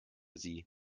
sie